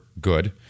good